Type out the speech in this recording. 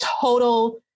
total